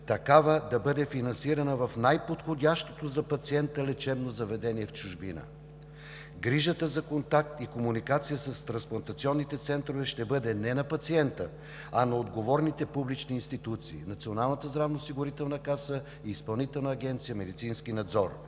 такава да бъде финансирана в най-подходящото за пациента лечебно заведение в чужбина. Грижата за контакт и комуникация с трансплантационните центрове ще бъде не на пациента, а на отговорните публични институции – Националната здравноосигурителна каса и Изпълнителната агенция „Медицински надзор“.